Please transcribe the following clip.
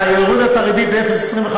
אה, היא הורידה את הריבית ב-0.25?